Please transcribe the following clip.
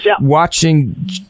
watching